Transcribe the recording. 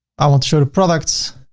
i won't show the products.